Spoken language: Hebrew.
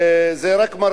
נכון.